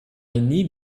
need